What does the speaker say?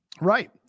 right